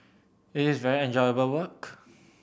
it is very enjoyable work